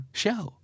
show